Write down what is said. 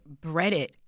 breaded